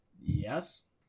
Yes